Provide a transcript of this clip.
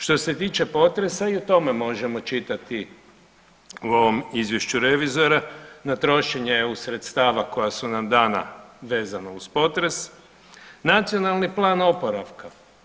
Što se tiče potresa i o tome možemo čitati u ovom izvješću revizora na trošenje EU sredstava koja su nam dana vezano uz potres, Nacionalni plan oporavka.